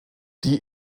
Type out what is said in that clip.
die